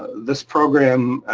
this program,